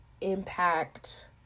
impact